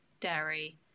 dairy